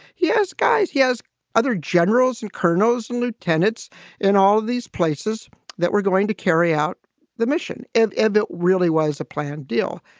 he has guys. he has other generals and colonels, and lieutenants in all of these places that we're going to carry out the mission. if it really was a planned deal,